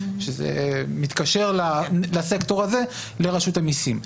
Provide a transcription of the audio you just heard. שזה מתקשר לסקטור הזה לרשות המיסים.